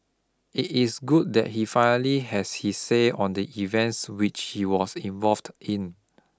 it is good that he finally has his say on the events which he was involved in